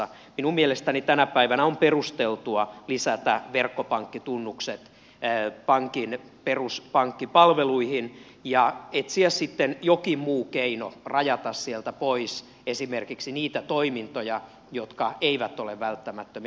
minun mielestäni tänä päivänä on perusteltua lisätä verkkopankkitunnukset pankin peruspankkipalveluihin ja etsiä sitten jokin muu keino rajata sieltä pois esimerkiksi niitä toimintoja jotka eivät ole välttämättömiä